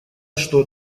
что